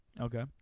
Okay